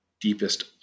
deepest